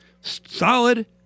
solid